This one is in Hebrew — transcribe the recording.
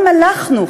אם אנחנו,